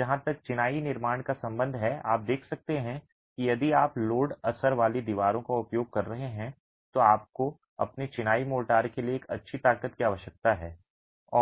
जहां तक चिनाई निर्माण का संबंध है आप देख सकते हैं कि यदि आप लोड असर वाली दीवारों का उपयोग कर रहे हैं तो आपको अपने चिनाई मोर्टार के लिए एक अच्छी ताकत की आवश्यकता है